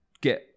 get